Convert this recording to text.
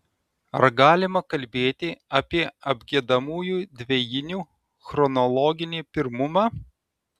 ar galima kalbėti apie apgiedamųjų dvejinių chronologinį pirmumą